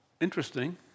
Interesting